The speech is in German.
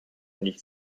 nicht